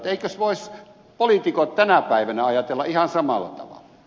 eivätkö voisi poliitikot tänä päivänä ajatella ihan samalla tavalla